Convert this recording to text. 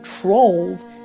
trolls